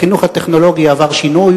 החינוך הטכנולוגי עבר שינוי.